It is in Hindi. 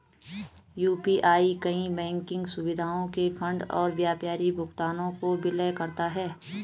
यू.पी.आई कई बैंकिंग सुविधाओं के फंड और व्यापारी भुगतानों को विलय करता है